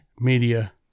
Media